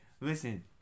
listen